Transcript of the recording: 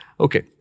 Okay